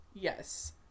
Yes